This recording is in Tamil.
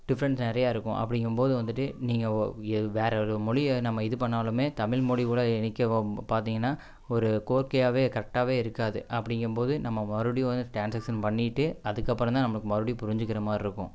டிஃப்ரெண்ட்ஸ் நிறையா இருக்கும் அப்படிங்கும்போது வந்துகிட்டு நீங்கள் வேறு ஒரு மொழியை நம்ம இது பண்ணிணாலுமே தமிழ்மொழி கூட இணைக்கவோ பார்த்தீங்கன்னா ஒரு கோர்க்கியாவே கரெக்டாகவே இருக்காது அப்படிங்கும்போது நம்ம மறுபடியும் வந்து ட்ரான்ஸேஷன் பண்ணிகிட்டு அதுக்கப்புறம் தான் நம்மளுக்கு மறுபடியும் புரிஞ்சிக்கின்ற மாதிரி இருக்கும்